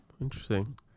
interesting